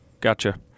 Gotcha